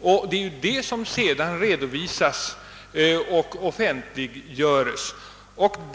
Det är denna sammanställning som sedan redovisas och offentliggöres.